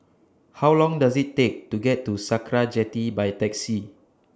How Long Does IT Take to get to Sakra Jetty By Taxi